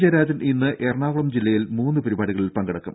ജയരാജൻ ഇന്ന് എറണാകുളം ജില്ലയിൽ മൂന്ന് പരിപാടികളിൽ പങ്കെടുക്കും